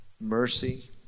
mercy